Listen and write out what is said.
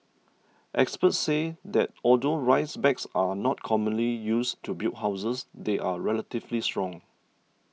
experts say that although rice bags are not commonly used to build houses they are relatively strong